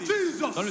Jesus